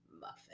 muffin